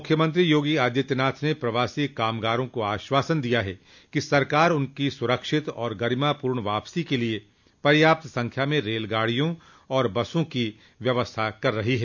मुख्यमंत्री योगी आदित्यनाथ ने प्रवासी कामगारों को आश्वासन दिया है कि सरकार उनकी सुरक्षित और गरिमापूर्ण वापसी के लिए पर्याप्त संख्या में रेलगाडियों और बसों की व्यवस्था कर रही है